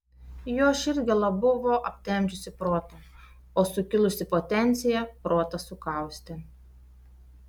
jo širdgėla buvo aptemdžiusi protą o sukilusi potencija protą sukaustė